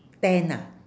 ten ah